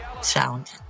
sound